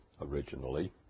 originally